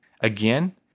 Again